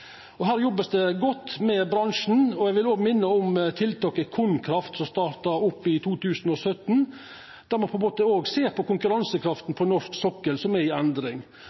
og realisera forbetringar. Det vert jobba godt i bransjen. Eg vil òg minna om tiltaket KonKraft, som starta opp i 2017, der ein ser på konkurransekrafta på norsk sokkel, som er i endring.